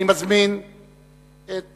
אני מזמין את